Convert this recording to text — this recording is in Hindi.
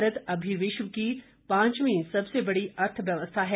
भारत अभी विश्व की पांचवीं सबसे बड़ी अर्थव्यवस्था है